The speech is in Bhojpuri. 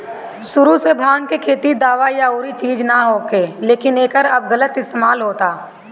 सुरु से भाँग के खेती दावा या अउरी चीज ला होखे, लेकिन एकर अब गलत इस्तेमाल होता